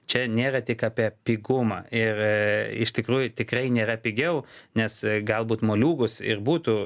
čia nėra tik apie pigumą ir iš tikrųjų tikrai nėra pigiau nes galbūt moliūgus ir būtų